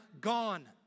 gone